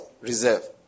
Reserve